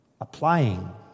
applying